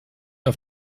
auf